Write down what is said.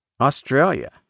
Australia